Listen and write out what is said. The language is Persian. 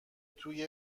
توی